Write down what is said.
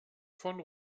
von